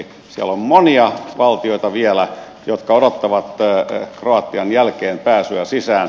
siellä on monia valtioita vielä jotka odottavat kroatian jälkeen pääsyä sisään